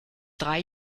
drei